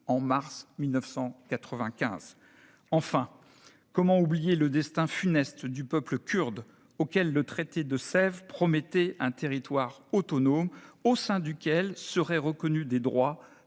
en mars 1995. Enfin, comment oublier le destin funeste du peuple kurde, auquel le traité de Sèvres promettait un territoire autonome au sein duquel seraient reconnus des droits